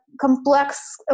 complex